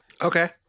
Okay